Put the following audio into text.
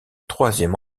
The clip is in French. troisième